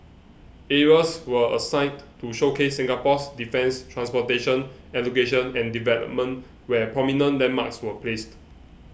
areas were assigned to showcase Singapore's defence transportation education and development where prominent landmarks were placed